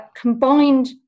combined